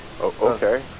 Okay